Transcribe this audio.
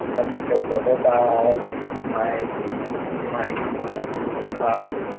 and that's because their whole biology is tied behind feeding on really tough,